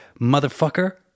motherfucker